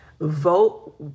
Vote